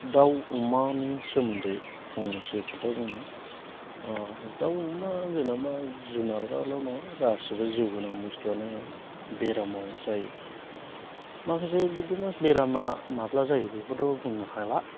दाउ अमानि सोमोन्दै फंनैसो खोथा बुंनो दाउ अमा जेनेबा जुनाराल' नङा गासैबो जिउगोनां बुस्तुआनो बेराम जायो माखासे बिदिनो बेरामा माब्ला जायो बेखौथ' बुंनो हाला